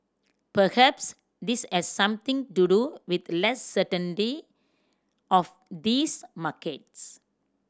perhaps this has something to do with less certainty of these markets